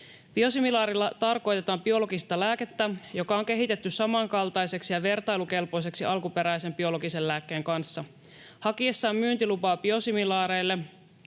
Biosimilaarilla tarkoitetaan biologista lääkettä, joka on kehitetty samankaltaiseksi ja vertailukelpoiseksi alkuperäisen biologisen lääkkeen kanssa. Hakiessaan myyntilupaa biosimilaarille